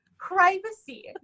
Privacy